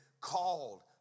called